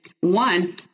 One